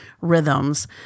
rhythms